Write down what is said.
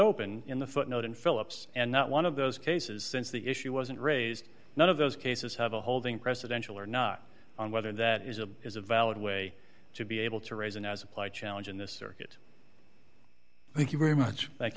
open in the footnote in philips and not one of those cases since the issue wasn't raised none of those cases have a holding presidential or not on whether that is a valid way to be able to raise an as applied challenge in this circuit thank you very much